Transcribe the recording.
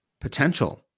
potential